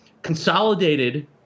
consolidated